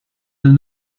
d’un